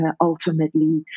ultimately